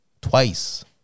twice